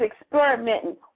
experimenting